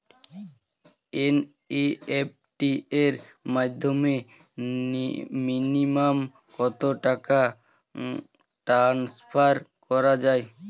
NEFT এর মাধ্যমে minimum কত টাকা টান্সফার করা যাবে?